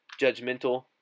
judgmental